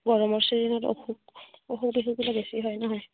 গৰমৰ ছিজনত অসুখ অসুখ বিসুখবিলাক বেছি হয় নহয়